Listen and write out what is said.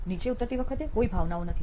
નીચે ઉતરતી વખતે કોઈ ભાવનાઓ નથી